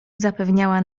zapewniała